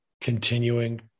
continuing